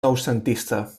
noucentista